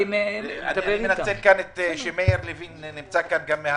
אני מנצל את העובדה שמאיר לוין נמצא כאן.